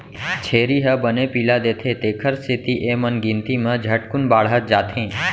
छेरी ह बने पिला देथे तेकर सेती एमन गिनती म झटकुन बाढ़त जाथें